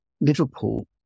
Liverpool